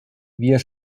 wir